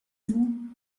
vous